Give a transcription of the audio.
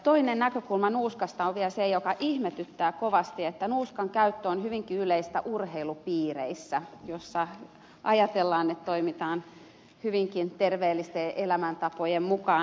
toinen näkökulma nuuskaan liittyen on vielä se mikä ihmetyttää kovasti että nuuskankäyttö on hyvinkin yleistä urheilupiireissä joissa ajatellaan toimittavan hyvinkin terveellisten elämäntapojen mukaan